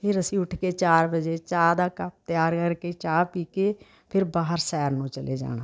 ਫਿਰ ਅਸੀਂ ਉੱਠ ਕੇ ਚਾਰ ਵਜ਼ੇ ਚਾਹ ਦਾ ਕੱਪ ਤਿਆਰ ਕਰਕੇ ਚਾਹ ਪੀਕੇ ਫਿਰ ਬਾਹਰ ਸੈਰ ਨੂੰ ਚਲੇ ਜਾਣਾ